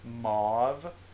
mauve